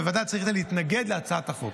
וועדת השרים החליטה להתנגד להצעת החוק.